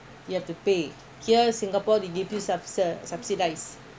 okay even if you can use your parents money